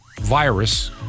virus